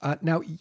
Now